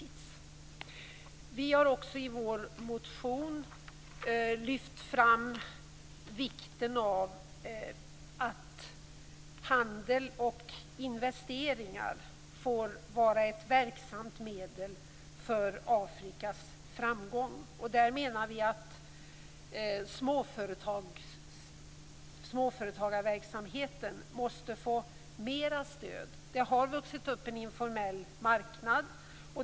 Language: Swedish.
Vi kristdemokrater har också i vår motion lyft fram vikten av att handel och investeringar får vara ett verksamt medel för Afrikas framgång. Där menar vi att småföretagsverksamheten måste få mer stöd. Det har vuxit upp en informell marknad.